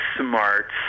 smarts